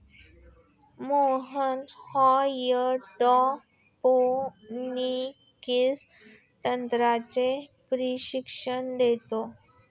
Mohit hydroponics तंत्राचे प्रशिक्षण देतो